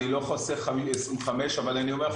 אני לא חוסך 25. אבל אני אומר לך,